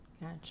Gotcha